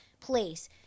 place